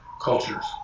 cultures